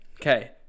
Okay